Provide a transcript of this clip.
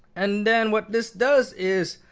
and then what this does is,